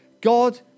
God